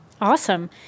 Awesome